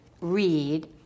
read